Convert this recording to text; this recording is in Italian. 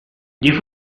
gli